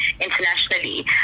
internationally